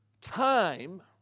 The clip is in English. time